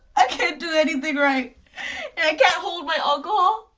i can't do anything right, and i can't hold my alcohol,